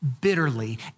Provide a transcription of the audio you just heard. bitterly